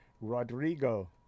Rodrigo